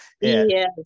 Yes